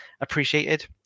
appreciated